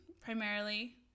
primarily